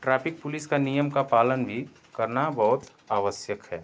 traffic police का नियम का पालन भी करना बहुत आवश्यक है